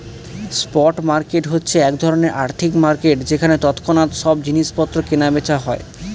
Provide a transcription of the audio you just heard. spot market হচ্ছে এক ধরনের আর্থিক মার্কেট যেখানে তৎক্ষণাৎ সব জিনিস পত্র কেনা বেচা হয়